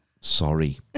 sorry